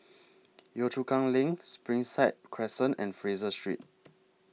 Yio Chu Kang LINK Springside Crescent and Fraser Street